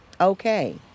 Okay